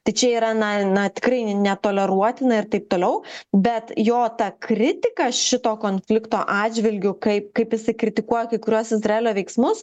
tai čia yra na na tikrai netoleruotina ir taip toliau bet jo ta kritika šito konflikto atžvilgiu kaip kaip jisai kritikuoja kai kuriuos izraelio veiksmus